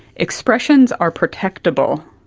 expressions are protectable,